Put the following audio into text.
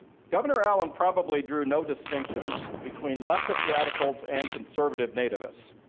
governor allen probably drew no distinction between leftist radicals and conservative nativists,